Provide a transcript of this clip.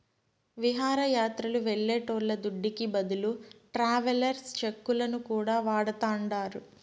విహారయాత్రలు వెళ్లేటోళ్ల దుడ్డుకి బదులు ట్రావెలర్స్ చెక్కులను కూడా వాడతాండారు